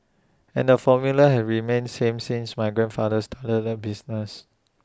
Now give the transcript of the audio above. and the formula has remained same since my grandfather started the business